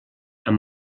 amb